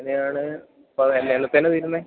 അങ്ങനെയാണ് ഇപ്പം എന്നത്തേനാ തീരുന്നത്